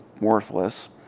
worthless